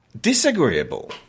disagreeable